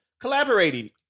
Collaborating